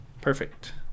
Perfect